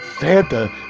Santa